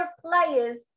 players